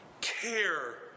care